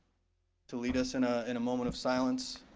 to lead us in ah in a moment of silence.